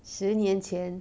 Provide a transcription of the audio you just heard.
十年前